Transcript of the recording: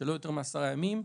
לא יותר מעשרה ימים,